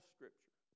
Scripture